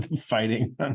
fighting